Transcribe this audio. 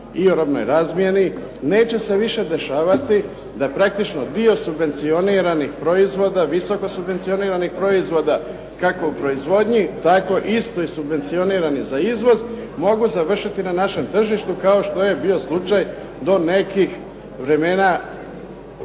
i o robnoj razmjeni neće se više dešavati da praktično dio subvencioniranih proizvoda, visoko subvencioniranih proizvoda kako u proizvodnji tako isto i subvencionirani za izvoz mogu završiti na našem tržištu kao što je bio slučaj do nekih vremena, do nedavno.